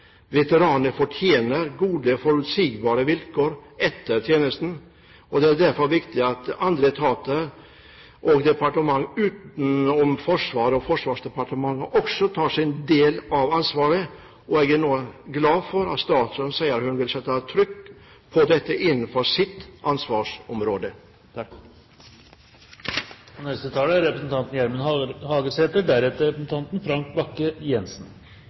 fortjener gode og forutsigbare vilkår etter tjenesten. Det er derfor viktig at andre etater og departementer utenom Forsvaret og Forsvarsdepartementet også tar sin del av ansvaret. Jeg er glad for at statsråden sier at hun vil sette trykk på dette innenfor sitt ansvarsområde. Dette er utan tvil ein veldig viktig debatt. Og trass i flotte ord frå statsråden har